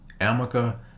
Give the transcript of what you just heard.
Amica